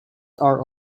are